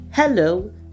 Hello